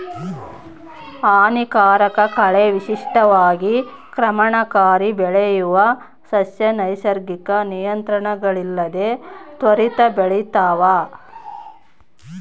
ಹಾನಿಕಾರಕ ಕಳೆ ವಿಶಿಷ್ಟವಾಗಿ ಕ್ರಮಣಕಾರಿ ಬೆಳೆಯುವ ಸಸ್ಯ ನೈಸರ್ಗಿಕ ನಿಯಂತ್ರಣಗಳಿಲ್ಲದೆ ತ್ವರಿತ ಬೆಳಿತಾವ